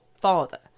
father